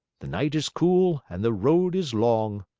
the night is cool and the road is long.